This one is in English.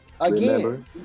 again